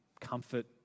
comfort